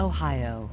Ohio